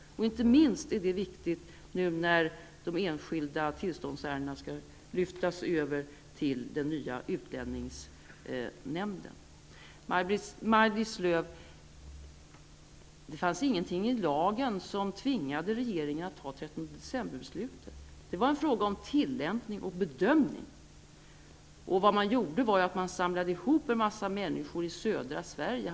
Detta är viktigt inte minst nu när de enskilda tillståndsärendena skall lyftas över till den nya utlänningsnämnden. Det fanns ingenting i lagen som tvingade regeringen att ta 13 december-beslutet, Maj-Lis Lööw. Det var en fråga om tillämpning och bedömning. Vad man gjorde var att samla ihop en massa människor i södra Sverige.